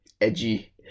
Edgy